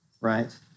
right